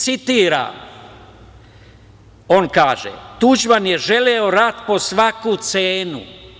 Citiram, on kaže: „Tuđman je želeo rat po svaku cenu.